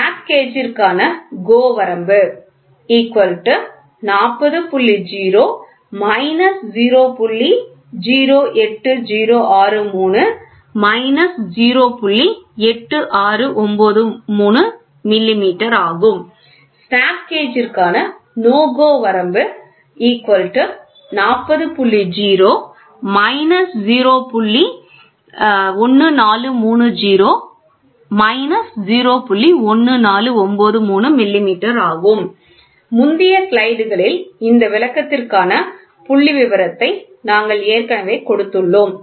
snap கேஜிற்கான GO வரம்பு snap கேஜிற்கான NO GO வரம்பு முந்தைய ஸ்லைடுகளில் இந்த விளக்கத்திற்கான புள்ளிவிவரத்தை நாங்கள் ஏற்கனவே கொடுத்துள்ளோம்